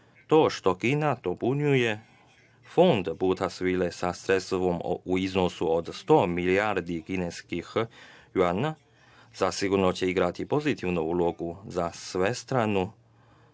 to što Kina dopunjuje fond „Puta svile“ sa sredstvima u iznosu od 100 milijardi kineskih juana zasigurno će igrati pozitivnu ulogu za svestranu